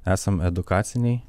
esam edukaciniai